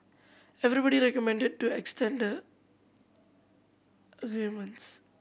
everybody recommended to extend the agreement